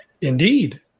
Indeed